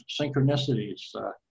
synchronicities